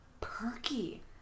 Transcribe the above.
perky